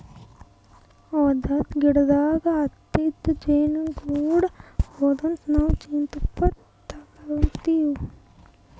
ಹೊಲದ್ದ್ ಗಿಡದಾಗ್ ಹತ್ತಿದ್ ಜೇನುಗೂಡು ಹೊಡದು ನಾವ್ ಜೇನ್ತುಪ್ಪ ತಗೋತಿವ್